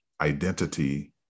identity